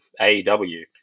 AEW